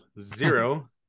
Zero